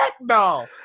no